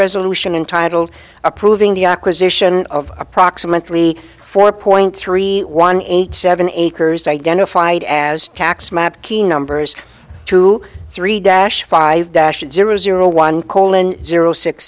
resolution and titled approving the acquisition of approximately four point three one eight seven acres identified as tax map numbers two three dash five dash zero zero one colin zero six